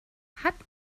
hat